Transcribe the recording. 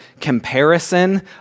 comparison